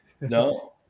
no